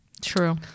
True